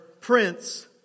prince